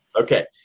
Okay